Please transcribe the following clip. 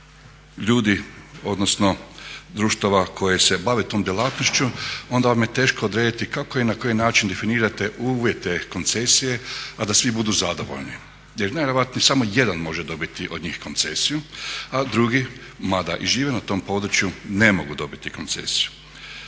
ljudi odnosno društava koje se bave tom djelatnošću onda vam je teško odrediti kako i na koji način definirate uvjete koncesije a da svi budu zadovoljni jer najvjerojatnije samo jedan može dobiti od njih koncesiju a drugi, mada i žive na tom području ne mogu dobiti koncesiju.